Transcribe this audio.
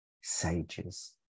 sages